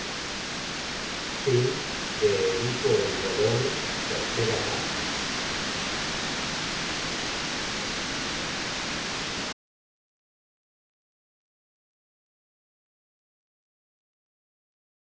de ese edipo en colono